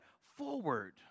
Forward